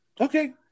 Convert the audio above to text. okay